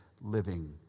living